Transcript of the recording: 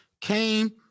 came